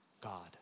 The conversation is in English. God